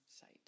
site